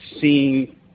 seeing